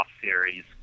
series